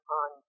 on